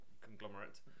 Conglomerate